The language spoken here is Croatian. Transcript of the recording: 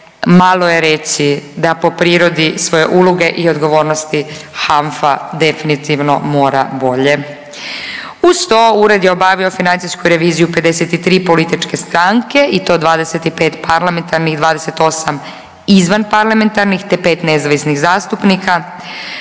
malo je reći da po prirodi svoje uloge i odgovornosti HANFA definitivno mora bolje. Uz to ured je obavio financijsku reviziju 53 političke stranke i to 25 parlamentarnih, 28 izvan parlamentarnih, te 5 nezavisnih zastupnika.